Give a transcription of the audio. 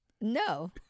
No